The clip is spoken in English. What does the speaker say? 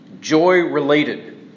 joy-related